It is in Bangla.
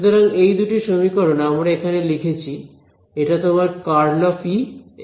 সুতরাং এই দুটি সমীকরণ আমরা এখানে লিখেছি এটা তোমার ∇× E এবং ∇× H